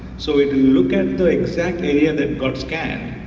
so if you look at the exact area that got scanned,